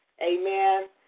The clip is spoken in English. Amen